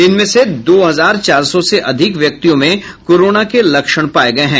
जिसमें से दो हजार चार सौ से अधिक व्यक्तियों में कोरोना के लक्षण पाये गये हैं